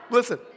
Listen